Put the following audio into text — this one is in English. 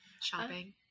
Shopping